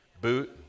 boot